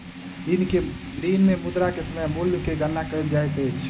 ऋण मे मुद्रा के समय मूल्य के गणना कयल जाइत अछि